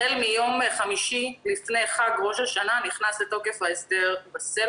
החל מיום חמישי לפני ראש השנה ההסדר נכנס לתוקף בסלולר,